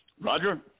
Roger